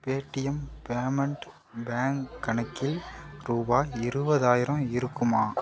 Paytm payment bank கணக்கில் ரூவாய் இருபதாயிரம் இருக்குமா